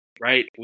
right